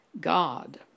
God